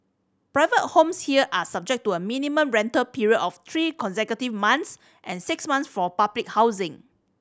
private homes here are subject to a minimum rental period of three consecutive months and six months for public housing